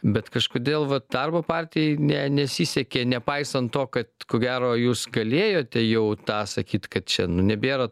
bet kažkodėl va darbo partijai ne nesisekė nepaisant to kad ko gero jūs galėjote jau tą sakyt kad čia nu nebėra